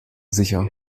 sicher